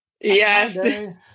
Yes